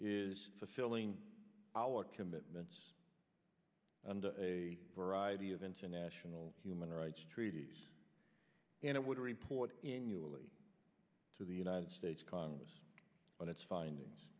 is fulfilling our commitments under a variety of international human rights treaties and it would report in yulee to the united states congress on its findings